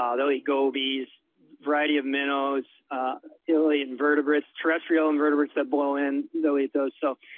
um they'll eat gobies, variety of minnows, they'll eat invertebrates, terrestrial invertebrates that blow in, they'll eat those so.